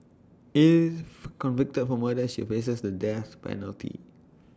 if convicted of murder she faces the death penalty